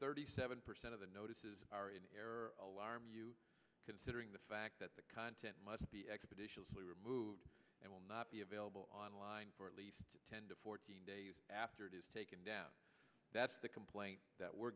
thirty seven percent of the notices are in error alarm you considering the fact that the content must be expeditiously removed and will not be available online for at least ten to fourteen days after it is taken down that's the complaint that we're